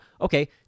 Okay